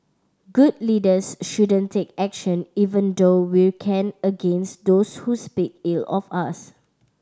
good leaders shouldn't take action even though we can against those who speak ill of us